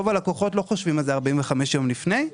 רוב הלקוחות לא חושבים על זה 45 ימים לפני,